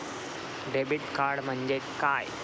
Debit card म्हणजे काय?